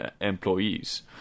employees